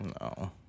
No